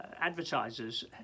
advertisers